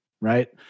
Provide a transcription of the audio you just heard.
right